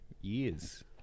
years